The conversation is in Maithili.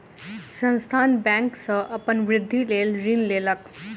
संस्थान बैंक सॅ अपन वृद्धिक लेल ऋण लेलक